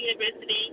University